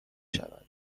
شود